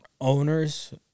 owners